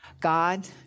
God